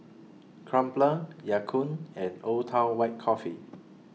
Crumpler Ya Kun and Old Town White Coffee